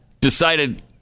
decided